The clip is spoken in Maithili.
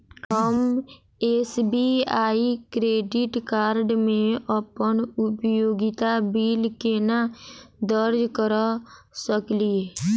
हम एस.बी.आई क्रेडिट कार्ड मे अप्पन उपयोगिता बिल केना दर्ज करऽ सकलिये?